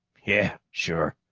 yeah, sure.